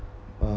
uh